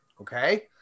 okay